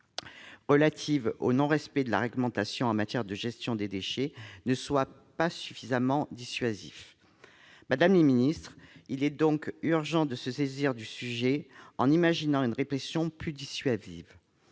le non-respect de la réglementation en matière de gestion des déchets n'est pas suffisamment dissuasif. Il est donc urgent de se saisir du sujet en instaurant une répression plus dissuasive.